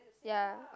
ya